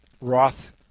Roth